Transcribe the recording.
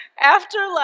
Afterlife